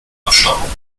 abstammung